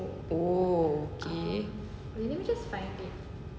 oh okay